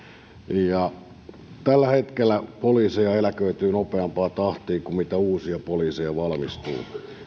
tällä hetkellä poliiseja eläköityy nopeampaan tahtiin kuin mitä uusia poliiseja valmistuu